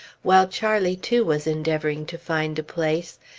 while charlie, too, was endeavoring to find a place,